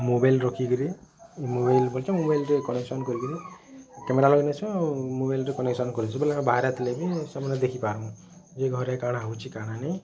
mobile ରଖିକିରି mobile ମୋବାଇଲ୍ରେ connection କରିକରି କ୍ୟାମେରା ଲଗେଇଥିସୁଁ ମୋବାଇଲ୍ରେ କନେକ୍ସନ୍ କରିଚୁ ବାହାରେ ଥିଲେ ବି ସବୁବେଲେ ଦେଖି ପାର୍ମୁଁ ଇଏ ଘରେ କାଣା ହଉଚି କାଣା ନାଇ ହଉଚି